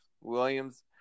Williams